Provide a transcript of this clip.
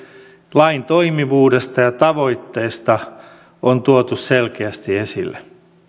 lain toimivuudesta ja tavoitteista on tuotu selkeästi esille